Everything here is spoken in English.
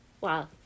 Wow